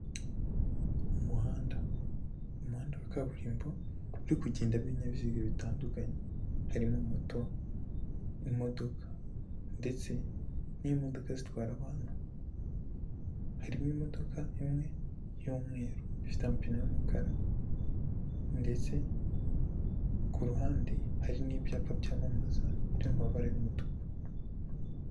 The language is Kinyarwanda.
Umuhanda, umuhanda wa kaburimbo uri kugendamo ibinyabiziga bitandukanye, harimo moto, imodoka, ndetse n'imodoka zitwara abantu, harimo imodoka imwe y'umweru ifite amapine y'umukara, ndetse kuruhande hari n'ibyapa byamamaza byo mu mabara y'umutuku.